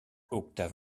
octave